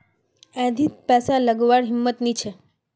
अधिक पैसा लागवार हिम्मत नी छे